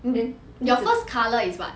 your first color is what